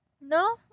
No